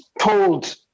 told